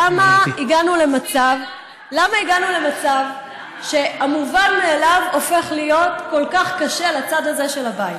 למה הגענו למצב שהמובן מאליו הופך להיות כל כך קשה לצד הזה של הבית?